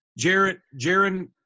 Jaron